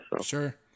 Sure